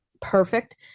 perfect